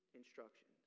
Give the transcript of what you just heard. instructions